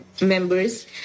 members